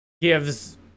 gives